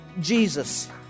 Jesus